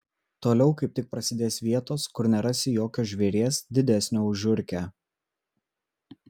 toliau kaip tik prasidės vietos kur nerasi jokio žvėries didesnio už žiurkę